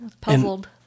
Puzzled